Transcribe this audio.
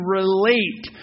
relate